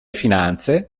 finanze